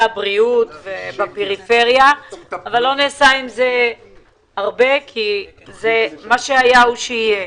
הבריאות בפריפריה אבל לא נעשה עם זה הרבה כי מה שהיה הוא שיהיה.